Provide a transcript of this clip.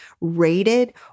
rated